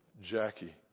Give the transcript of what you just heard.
Jackie